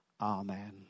amen